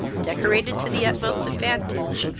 decorated to the utmost advantage,